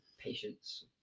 patience